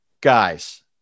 guys